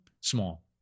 small